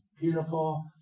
beautiful